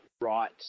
right